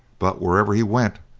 but wherever he went,